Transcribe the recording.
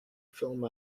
film